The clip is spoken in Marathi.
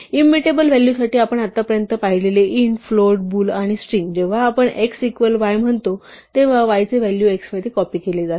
इम्यूटेबल व्हॅलूसाठी आपण आतापर्यंत पाहिलेले टाईप int float bool आणि string जेव्हा आपण x इक्वल y म्हणतो तेव्हा y चे व्हॅल्यू x मध्ये कॉपी केले जाते